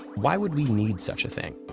why would we need such a thing?